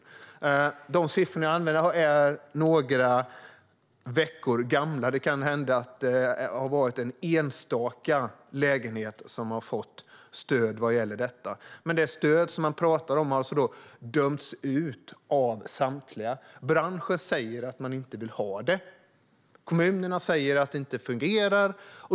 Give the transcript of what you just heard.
Mina siffror är några veckor gamla, så det kan hända att någon enstaka lägenhet har fått stöd. Det stöd regeringen talar om har alltså dömts ut av samtliga. Branschen säger att man inte vill ha det, och kommunerna säger att det inte fungerar.